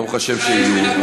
ברוך השם שיהיו,